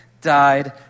died